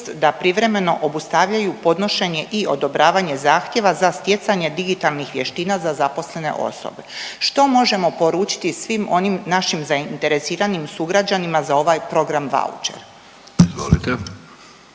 da privremeno obustavljaju podnošenje i odobravanje zahtjeva za stjecanje digitalnih vještina za zaposlene osobe. Što možemo poručiti svim onim našim zainteresiranim sugrađanima za ovaj program vaučera?